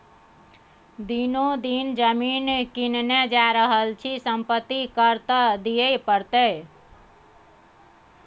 दिनो दिन जमीन किनने जा रहल छी संपत्ति कर त दिअइये पड़तौ